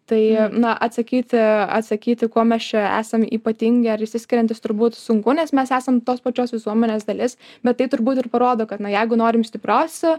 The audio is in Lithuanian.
tai na atsakyti atsakyti kuo mes čia esame ypatingi ar išsiskiriantys turbūt sunku nes mes esam tos pačios visuomenės dalis bet tai turbūt ir parodo kad na jeigu norim stiprios